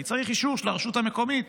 אני צריך אישור של הרשות המקומית.